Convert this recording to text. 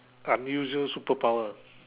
unusual super power